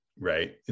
right